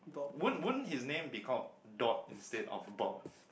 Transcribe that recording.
won't won't his name be called Dot instead of Bob